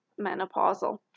menopausal